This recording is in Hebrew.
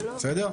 בסדר?